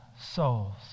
souls